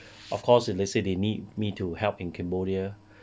of course if they say they need me to help in cambodia